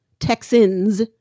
Texans